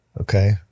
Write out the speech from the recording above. Okay